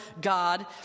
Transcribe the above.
God